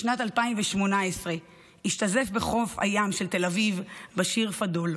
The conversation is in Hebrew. בשנת 2018 השתזף בחוף הים של תל אביב באשיר פאדול.